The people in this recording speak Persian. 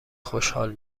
خوشحال